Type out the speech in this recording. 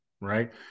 right